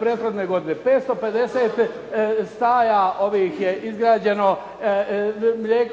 prethodne godine. 550 staja je izgrađeno